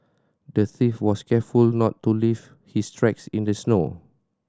the thief was careful to not leave his tracks in the snow